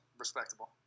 Respectable